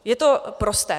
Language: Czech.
Je to prosté.